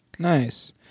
Nice